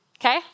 Okay